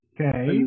Okay